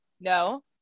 no